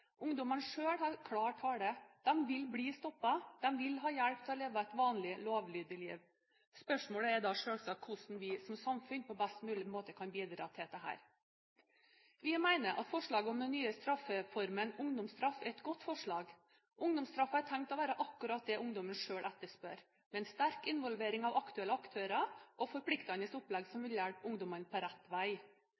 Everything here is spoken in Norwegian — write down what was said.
Ungdommene selv har klar tale: De vil bli stoppet, de vil ha hjelp til å leve et vanlig, lovlydig liv. Spørsmålet er da selvsagt hvordan vi som samfunn på best mulig måte kan bidra til dette. Vi mener at forslaget om den nye straffeformen, ungdomsstraff, er et godt forslag. Ungdomsstraffen er tenkt å være akkurat det ungdommen selv etterspør, med en sterk involvering av aktuelle aktører og forpliktende opplegg som